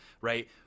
Right